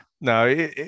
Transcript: No